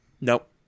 Nope